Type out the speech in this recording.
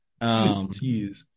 Jeez